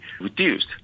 reduced